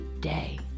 day